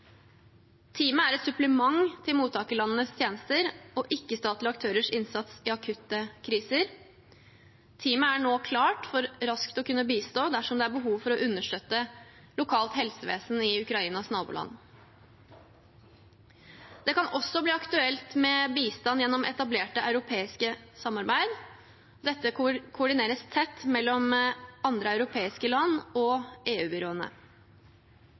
er et supplement til mottakerlandenes tjenester og ikke-statlige aktørers innsats i akutte kriser. Teamet er nå klart for raskt å kunne bistå dersom det er behov for å understøtte lokalt helsevesen i Ukrainas naboland. Det kan også bli aktuelt med bistand gjennom etablerte europeiske samarbeid. Dette koordineres tett med andre europeiske land og